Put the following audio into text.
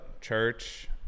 Church